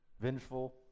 Vengeful